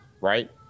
right